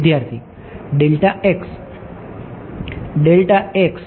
વિદ્યાર્થી delta x